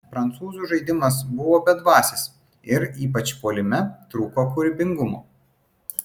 prancūzų žaidimas buvo bedvasis ir ypač puolime trūko kūrybingumo